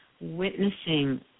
witnessing